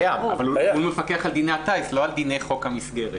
הוא קיים אבל הוא מפקח על דיני הטיס ולא על דיני חוק המסגרת.